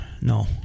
No